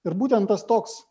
ir būtent tas toks